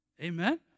Amen